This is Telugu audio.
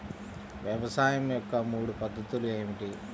వ్యవసాయం యొక్క మూడు పద్ధతులు ఏమిటి?